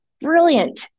brilliant